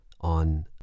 on